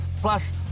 Plus